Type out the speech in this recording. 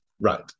Right